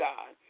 God